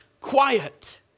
quiet